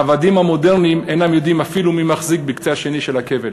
העבדים המודרניים אינם יודעים אפילו מי מחזיק בקצה השני של הכבל.